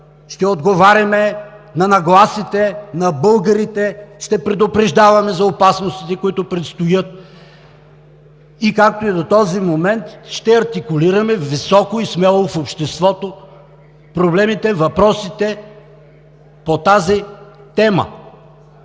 ще отговаряме на нагласите на българите, ще предупреждаваме за опасностите, които предстоят, и както и до този момент – ще артикулираме високо и смело в обществото проблемите, въпросите по тази тема.